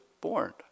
born